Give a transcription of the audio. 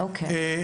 שוב,